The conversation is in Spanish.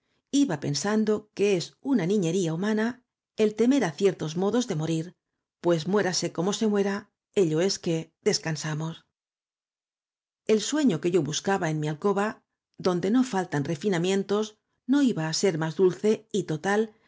iba pensando que es una niñería humana el temer á ciertos modos de morir pues muérase como se muera ello es que descansamos el sueño que yo buscaba en mi alcoba donde no faltan refinamientos no iba á ser más dulce y total